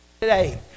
Today